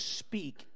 speak